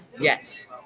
Yes